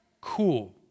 cool